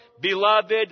beloved